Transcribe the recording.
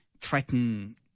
threaten